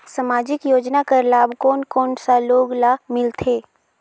समाजिक योजना कर लाभ कोन कोन सा लोग ला मिलथे?